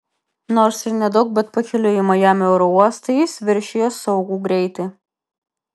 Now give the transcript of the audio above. nors ir nedaug bet pakeliui į majamio oro uostą jis viršijo saugų greitį